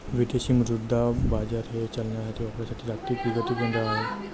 विदेशी मुद्रा बाजार हे चलनांच्या व्यापारासाठी जागतिक विकेंद्रित बाजारपेठ आहे